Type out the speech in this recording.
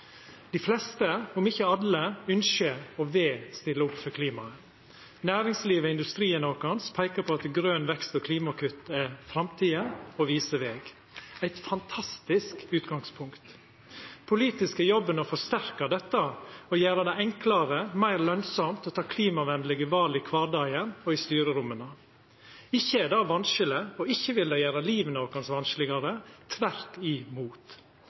Dei fleste, om ikkje alle, ønskjer å stilla opp for klimaet. Næringslivet og industrien vår peiker på at grøn vekst og klimakutt er framtida og viser veg – eit fantastisk utgangspunkt. Politisk er jobben å forsterka dette og gjera det enklare og meir lønsamt å ta klimavenlege val i kvardagen og i styreromma. Ikkje er det vanskeleg, og ikkje vil det gjera liva våre vanskelegare – tvert